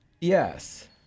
Yes